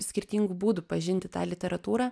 skirtingų būdų pažinti tą literatūrą